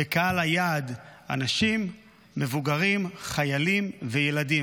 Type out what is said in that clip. וקהל היעד הוא אנשים מבוגרים, חיילים וילדים.